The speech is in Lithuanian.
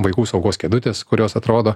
vaikų saugos kėdutės kurios atrodo